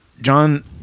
John